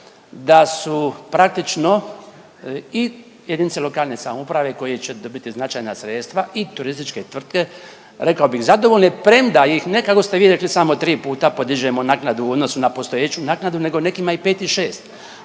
da su praktično i jedinice lokalne samouprave koje će dobiti značajna sredstva i turističke tvrtke rekao bih zadovoljne, premda ih ne kako ste vi rekli po tri puta podižemo naknadu u odnosu na postojeću naknadu nego nekima pet i šest,